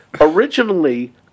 Originally